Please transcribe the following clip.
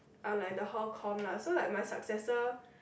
unlike the whole comm lah so like my successor